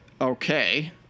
Okay